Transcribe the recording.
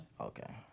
Okay